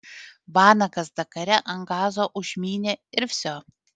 vanagas dakare ant gazo užmynė ir vsio